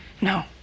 no